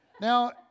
Now